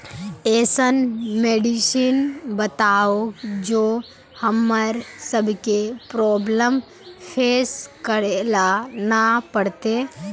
ऐसन मेडिसिन बताओ जो हम्मर सबके प्रॉब्लम फेस करे ला ना पड़ते?